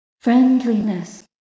friendliness